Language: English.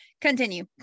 Continue